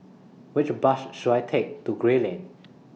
Which Bus should I Take to Gray Lane